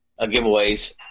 giveaways